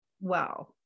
Wow